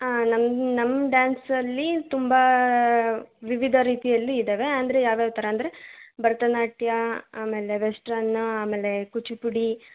ನಮ್ಮ ನಮ್ಮ ಡಾನ್ಸಲ್ಲಿ ತುಂಬ ವಿವಿಧ ರೀತಿಯಲ್ಲಿ ಇದ್ದಾವೆ ಅಂದರೆ ಯಾವ ಯಾವ ಥರ ಅಂದರೆ ಭರತನಾಟ್ಯ ಆಮೇಲೆ ವೆಸ್ಟ್ರನ್ನ ಆಮೇಲೆ ಕೂಚಿಪುಡಿ